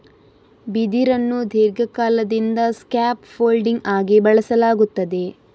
ಬಿದಿರನ್ನು ದೀರ್ಘಕಾಲದಿಂದ scaffolding ಆಗಿ ಬಳಸಲಾಗುತ್ತದೆ